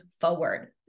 forward